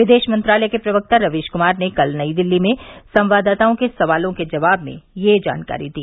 विदेश मंत्रालय के प्रवक्ता रवीश क्मार ने कल नई दिल्ली में संवाददाताओं के सवालों के जवाब में यह जानकारी दी